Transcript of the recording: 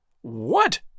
What